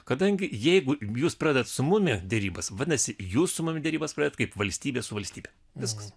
kadangi jeigu jūs pradedat su mumi derybas vadinasi jūs su mumi derybas pradedat kaip valstybės valstybėje viskas